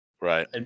Right